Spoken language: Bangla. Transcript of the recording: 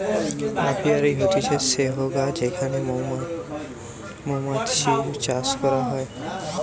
অপিয়ারী হতিছে সেহগা যেখানে মৌমাতছি চাষ করা হয়